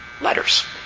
letters